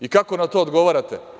I kako na to odgovarate?